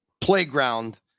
Playground